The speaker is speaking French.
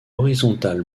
horizontal